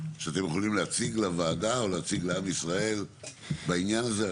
שאתם יכולים להציג לוועדה או להציג לעם ישראל בעניין הזה?